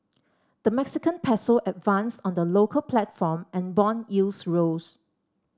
the Mexican peso advanced on the local platform and bond yields rose